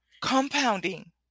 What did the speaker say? compounding